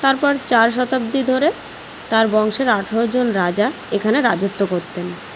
তারপর চার শতাব্দী ধরে তার বংশের আঠেরোজন রাজা এখানে রাজত্ব করতেন